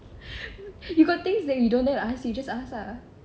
you got things that you dare ask you just ask lah